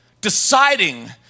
deciding